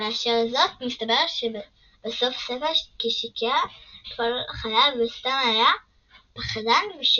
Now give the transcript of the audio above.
ואשר זאת מסתבר בסוף הספר כי שיקר על כל חיוו וסתם היה פחדן ושקרן.